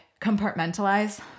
compartmentalize